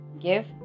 Give